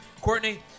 Courtney